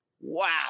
Wow